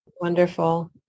Wonderful